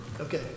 Okay